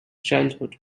childhood